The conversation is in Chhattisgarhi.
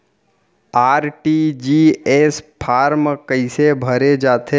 आर.टी.जी.एस फार्म कइसे भरे जाथे?